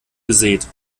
gesät